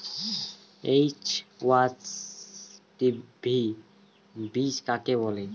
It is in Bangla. এইচ.ওয়াই.ভি বীজ কাকে বলে?